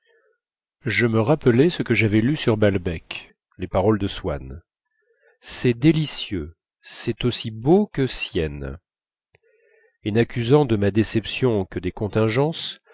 je me rappelais ce que j'avais lu sur balbec les paroles de swann c'est délicieux c'est aussi beau que sienne et n'accusant de ma déception que des contingences